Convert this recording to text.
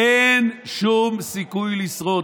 אין לו שום סיכוי לשרוד.